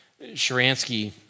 Sharansky